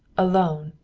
alone,